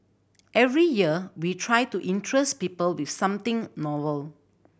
every year we try to interest people with something novel